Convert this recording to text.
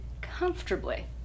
comfortably